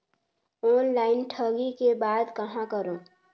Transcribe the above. Online ठगी के बाद कहां करों?